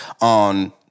on